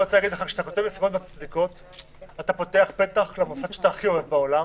כשאתה כותב "נסיבות מצדיקות" אתה פותח פתח למוסד שאתה הכי אוהב בעולם,